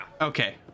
Okay